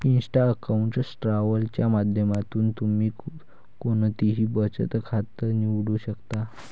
Insta account travel च्या माध्यमातून तुम्ही कोणतंही बचत खातं निवडू शकता